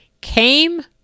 came